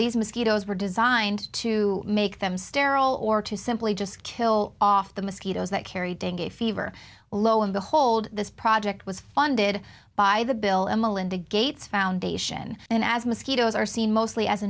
these mosquitoes were designed to make them sterile or to simply just kill off the mosquitoes that carry dengue fever lo and behold this project was funded by the bill and melinda gates foundation and as mosquitoes are seen mostly as a